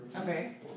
Okay